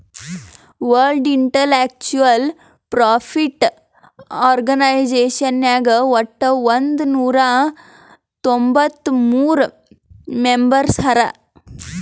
world intellectual property organisation ನಾಗ್ ವಟ್ ಒಂದ್ ನೊರಾ ತೊಂಬತ್ತ ಮೂರ್ ಮೆಂಬರ್ಸ್ ಹರಾ